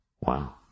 Wow